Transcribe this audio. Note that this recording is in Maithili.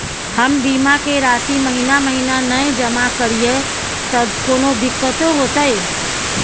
हम बीमा के राशि महीना महीना नय जमा करिए त कोनो दिक्कतों होतय?